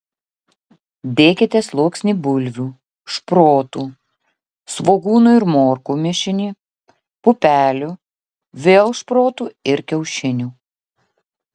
dėkite sluoksnį bulvių šprotų svogūnų ir morkų mišinį pupelių vėl šprotų ir kiaušinių